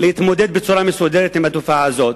להתמודד בצורה מסודרת עם התופעה הזאת.